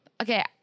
Okay